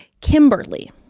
Kimberly